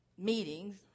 meetings